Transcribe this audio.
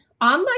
online